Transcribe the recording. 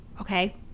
okay